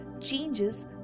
changes